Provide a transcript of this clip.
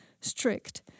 strict